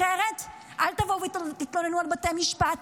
אחרת אל תבואו ותתלוננו על בתי המשפט,